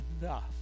enough